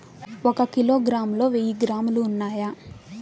ఒక కిలోగ్రామ్ లో వెయ్యి గ్రాములు ఉన్నాయి